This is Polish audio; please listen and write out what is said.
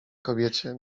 kobiecie